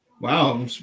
Wow